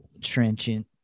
trenchant